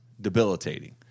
debilitating